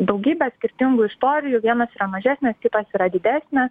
daugybę skirtingų istorijų vienos yra mažesnės kitos yra didesnės